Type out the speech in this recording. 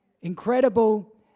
incredible